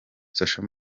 social